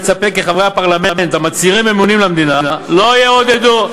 מצפה כי חברי הפרלמנט המצהירים אמונים למדינה לא יעודדו,